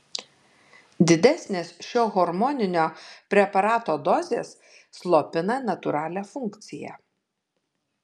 didesnės šio hormoninio preparato dozės slopina natūralią funkciją